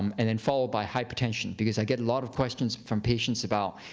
and then followed by hypertension. because i get a lot of questions from patients about,